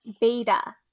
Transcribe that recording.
beta